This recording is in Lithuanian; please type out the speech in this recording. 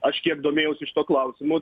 aš kiek domėjausi šituo klausimu